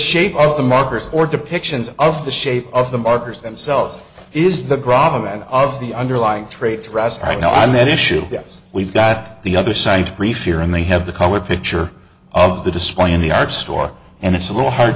shape of the markers or depictions of the shape of the markers themselves is the grob and of the underlying trait thrust right now i met issue yes we've got the other side to brief here and they have the color picture of the display in the art store and it's a little hard